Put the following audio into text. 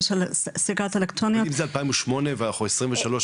של סיגריות אלקטרוניות --- אם זה 2008 ואנחנו 23,